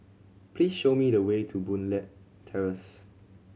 please show me the way to Boon Leat Terrace